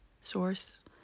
source